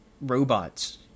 robots